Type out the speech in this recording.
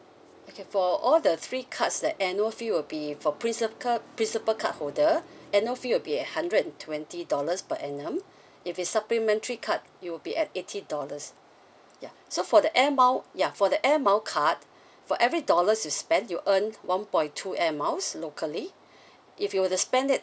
okay for all the three cards the annual fee will be for principal principal card holder annual fee will be at hundred and twenty dollars per annum if it's supplementary card it will be at eighty dollars ya so for the air mile ya for the air mile card for every dollars you spend you earn one point two air miles locally if you were to spend it